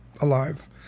alive